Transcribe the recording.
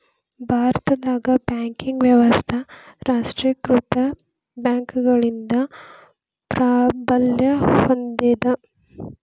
ಭಾರತದಾಗ ಬ್ಯಾಂಕಿಂಗ್ ವ್ಯವಸ್ಥಾ ರಾಷ್ಟ್ರೇಕೃತ ಬ್ಯಾಂಕ್ಗಳಿಂದ ಪ್ರಾಬಲ್ಯ ಹೊಂದೇದ